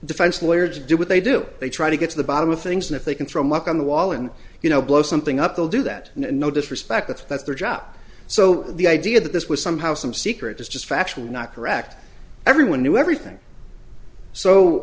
defense lawyers do what they do they try to get to the bottom of things and if they can throw muck on the wall and you know blow something up they'll do that no disrespect that's that's their job so the idea that this was somehow some secret is just factually not correct everyone knew everything so